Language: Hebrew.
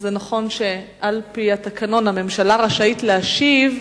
זה נכון שעל-פי התקנון הממשלה רשאית להשיב,